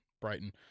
Brighton